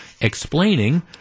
explaining